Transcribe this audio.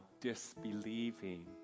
disbelieving